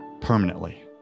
permanently